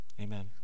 Amen